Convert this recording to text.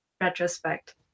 retrospect